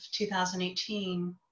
2018